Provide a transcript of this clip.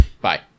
Bye